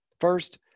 First